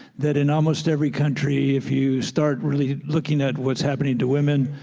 that in almost every country, if you start really looking at what's happening to women,